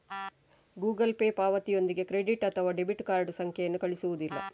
Google Pay ಪಾವತಿಯೊಂದಿಗೆ credit ಅಥವಾ debit card ಸಂಖ್ಯೆಯನ್ನು ಕಳುಹಿಸುವುದಿಲ್ಲ